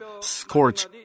scorch